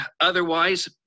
otherwise